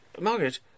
Margaret